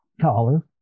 collar